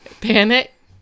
panic